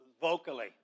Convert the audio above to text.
vocally